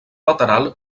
lateral